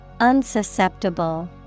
Unsusceptible